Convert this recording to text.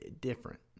different